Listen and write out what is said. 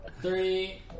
Three